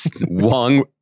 Wong